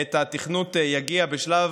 שאל התכנות הוא יגיע בשלב